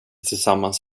tillsammans